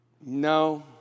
no